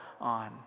on